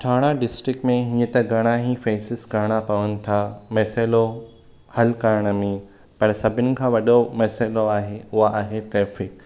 थाणा district में हीअं त घणा ई फेसिस करणा पवनि था मसइलो हलु करण में पर सभिनी खां वॾो मसइलो आहे उहो आहे टैफ़िक